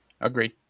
Agreed